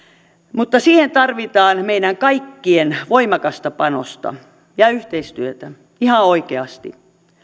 mutta siihen tarvitaan meidän kaikkien voimakasta panosta ja yhteistyötä ihan oikeasti